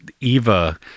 Eva